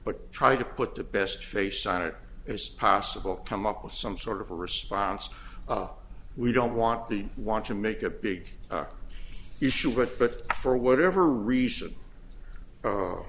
but try to put the best face on it it's possible come up with some sort of a response we don't want the want to make a big issue but but for whatever reason